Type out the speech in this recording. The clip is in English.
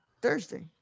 Thursday